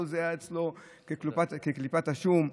כל זה היה אצלו כקליפת השום.